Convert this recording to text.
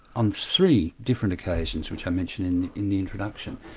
on three different occasions which i mention in in the introduction,